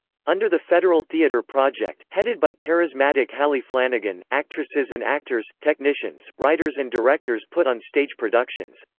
under the federal theater project, headed by charismatic hallie flanagan, actresses and actors, technicians, writers and directors put on stage productions.